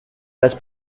las